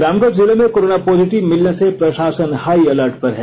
रामगढ़ जिले में corona positive मिलने से प्रशासन हाई अलर्ट पर है